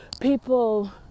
people